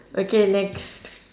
okay next